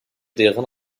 deren